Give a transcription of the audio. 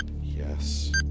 Yes